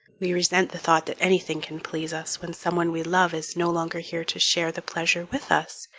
we resent the thought that anything can please us when someone we love is no longer here to share the pleasure with us,